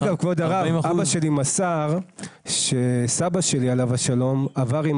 אבא שלי מסר שסבא שלי עליו השלום עבר עם